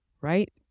right